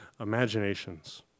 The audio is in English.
imaginations